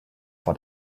for